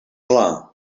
clar